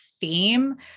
theme